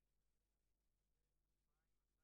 מקצוענות, ופעם אחת